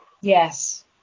Yes